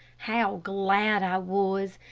how glad i was!